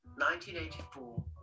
1984